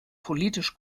politisch